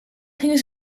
gingen